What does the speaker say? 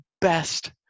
best